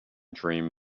dream